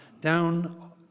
down